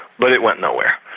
but it went nowhere.